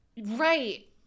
Right